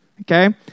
okay